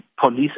police